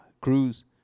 Cruz